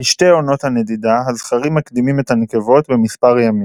בשתי עונות הנדידה הזכרים מקדימים את הנקבות במספר ימים.